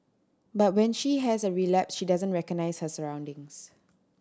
but when she has a relapse she doesn't recognise her surroundings